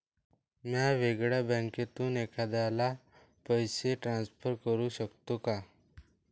म्या वेगळ्या बँकेतून एखाद्याला पैसे ट्रान्सफर करू शकतो का?